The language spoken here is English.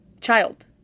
child